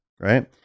right